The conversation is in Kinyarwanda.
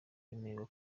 bemererwa